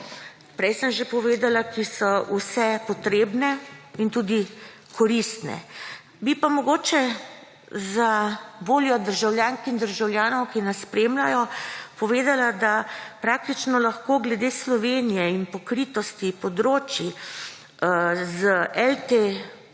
prej sem že povedala, ki so vse potrebne in tudi koristne. Bi pa mogoče zavoljo državljank in državljanov, ki nas spremljajo, povedala, da praktično lahko glede Slovenije in pokritosti področij z LTE